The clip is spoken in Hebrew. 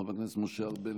חבר הכנסת משה ארבל,